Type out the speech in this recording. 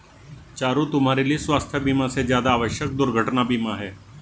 चारु, तुम्हारे लिए स्वास्थ बीमा से ज्यादा आवश्यक दुर्घटना बीमा है